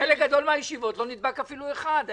בחלק גדול מן הישיבות לא נדבק אפילו אדם אחד.